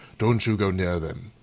don't you go near them.